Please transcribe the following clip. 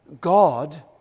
God